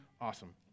awesome